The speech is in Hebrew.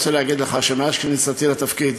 אני רוצה להגיד לך שמאז כניסתי לתפקיד